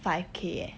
five K eh